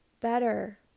better